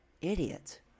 Idiot